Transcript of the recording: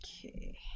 Okay